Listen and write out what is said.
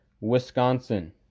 Wisconsin